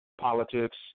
politics